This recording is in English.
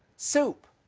soup!